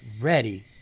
ready